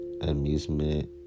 Amusement